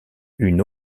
une